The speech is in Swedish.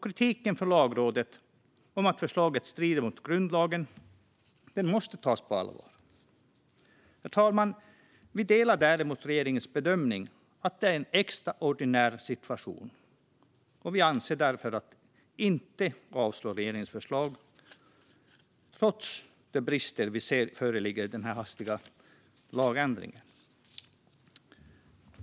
Kritiken från Lagrådet om att förslaget strider mot grundlagen måste tas på allvar. Herr talman! Vi delar däremot regeringens bedömning att detta är en extraordinär situation. Vi avser därför inte att avslå regeringens förslag trots de brister vi ser föreligger i denna hastiga lagändring.